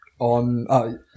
On